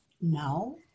Now